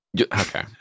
Okay